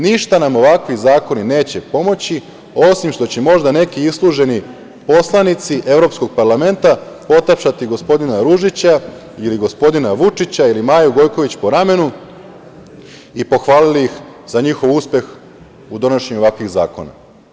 Ništa nam ovakvi zakoni neće pomoći osim što će možda neki isluženi poslanici evropskog parlamenta potapšati gospodina Ružića ili gospodina Vučića ili Maju Gojković po ramenu i pohvaliti ih za njihov uspeh u donošenju ovakvih zakona.